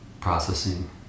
processing